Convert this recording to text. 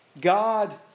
God